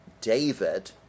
David